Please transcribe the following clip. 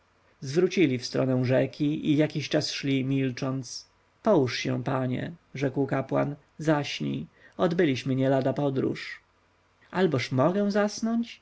zwrócili się w stronę rzeki i jakiś czas szli milcząc połóż się panie rzekł kapłan zaśnij odbyliśmy nielada podróż alboż mogę zasnąć